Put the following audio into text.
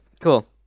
cool